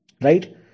right